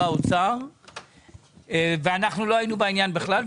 האוצר ואנחנו לא היינו בעניין בכלל.